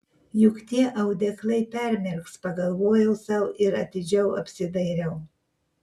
juk tie audeklai permirks pagalvojau sau ir atidžiau apsidairiau